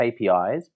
KPIs